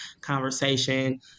conversation